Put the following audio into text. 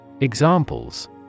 Examples